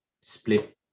split